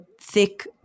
thick